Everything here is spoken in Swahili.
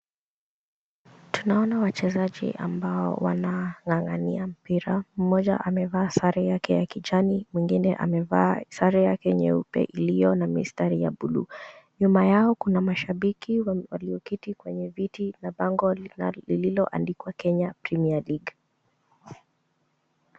Tunaona wachezaji ambao wanang'ang'ania mpira, mmoja amevaa sare yake ya kijani mwingine amevaa sare yake nyeupe iliyo na mistari ya blue .Nyuma yao kuna mashabiki walioketi kwenye viti na bango lililoandikwa Kenya premier league .